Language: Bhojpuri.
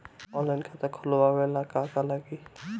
ऑनलाइन खाता खोलबाबे ला का का लागि?